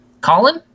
Colin